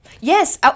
Yes